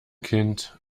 kind